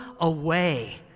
away